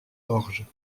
orge